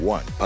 One